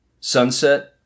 sunset